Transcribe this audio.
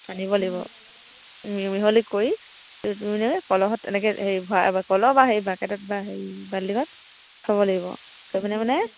সানিব লাগিব মিহলি কৰি কলহত তেনেকে হেৰি ভৰাই কলহত বা হে বাকেটত বা হেৰি বাল্টিঙত থ'ব লাগিব থৈ পিনে মানে